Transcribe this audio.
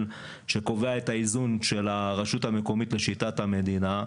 שקובע את האיזון של הרשות המקומית לשיטת המדינה.